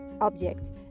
object